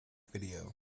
video